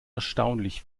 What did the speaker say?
erstaunlich